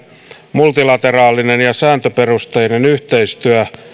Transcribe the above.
multilateraalinen ja sääntöperusteinen yhteistyö